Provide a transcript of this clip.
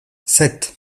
sept